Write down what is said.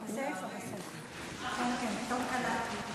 בסיפה, בסיפה.